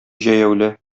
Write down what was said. җәяүле